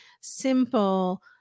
simple